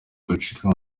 gucika